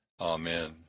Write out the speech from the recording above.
Amen